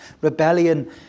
Rebellion